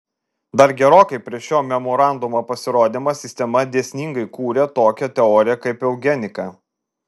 dar gerokai prieš šio memorandumo pasirodymą sistema dėsningai kūrė tokią teoriją kaip eugenika